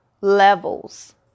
levels